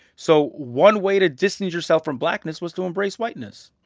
so one way to distance yourself from blackness was to embrace whiteness,